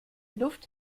luft